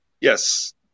Yes